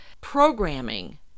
Programming